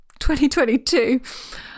2022